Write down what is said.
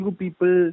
people